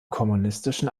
kommunistischen